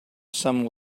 some